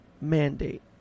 mandate